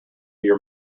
your